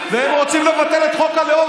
והם רוצים לבטל את חוק הלאום,